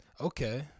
Okay